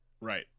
Right